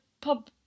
pub